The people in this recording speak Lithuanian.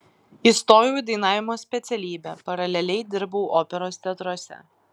įstojau į dainavimo specialybę paraleliai dirbau operos teatruose